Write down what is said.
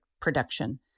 production